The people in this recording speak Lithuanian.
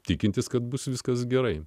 tikintis kad bus viskas gerai